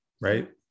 right